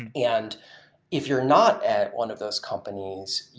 and and if you're not at one of those companies,